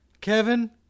Kevin